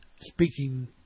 speaking